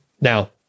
Now